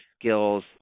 skills